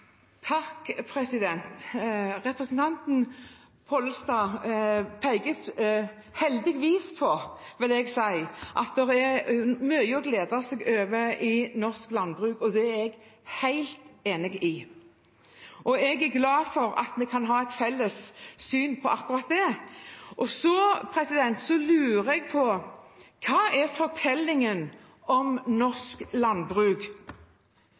Representanten Pollestad peker heldigvis på at det er mye å glede seg over i norsk landbruk, og det er jeg helt enig i. Jeg er glad for at vi kan ha et felles syn på akkurat det. Så lurer jeg på hva fortellingen om norsk landbruk